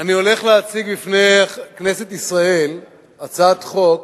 אני הולך להציג בפני כנסת ישראל הצעת חוק